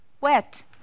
wet